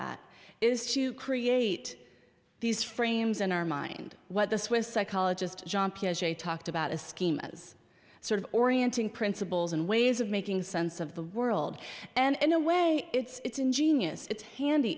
that is to create these frames in our mind what the swiss psychologist talked about as schemas sort of orienting principles and ways of making sense of the world and in a way it's ingenious it's handy